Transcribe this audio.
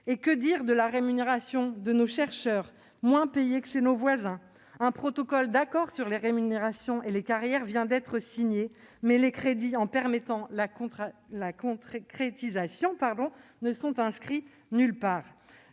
Et que dire de la rémunération de nos chercheurs, moins payés que chez nos voisins ? Un protocole d'accord sur les rémunérations et les carrières vient d'être signé, mais les crédits qui devraient permettre sa concrétisation ne sont inscrits nulle part